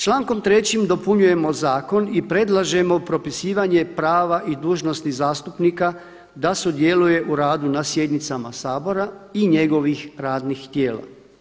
Člankom 3. dopunjujemo zakon i predlažemo propisivanje prava i dužnosti zastupnika da sudjeluje u radu na sjednicama sabora i njegovih radnih tijela.